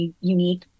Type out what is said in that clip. unique